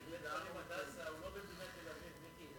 בית-חולים "הדסה" הוא לא במדינת תל-אביב, מיקי.